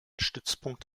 stützpunkt